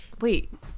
Wait